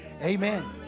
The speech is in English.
Amen